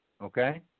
Okay